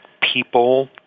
people